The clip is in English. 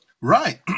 Right